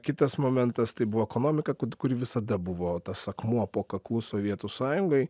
kitas momentas tai buvo ekonomika kuri visada buvo tas akmuo po kaklu sovietų sąjungai